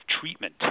treatment